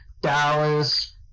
Dallas